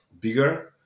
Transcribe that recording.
bigger